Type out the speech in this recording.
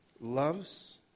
loves